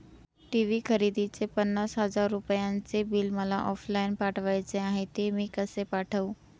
TV खरेदीचे पन्नास हजार रुपयांचे बिल मला ऑफलाईन पाठवायचे आहे, ते मी कसे पाठवू?